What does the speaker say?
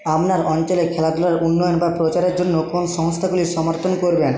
আপনার অঞ্চলে খেলাধুলার উন্নয়ন বা প্রচারের জন্য কোন সংস্থাগুলির সমর্থন করবেন